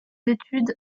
études